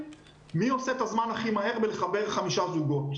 מי עושה את הזמן הכי מהר בלחבר 5 זוגות.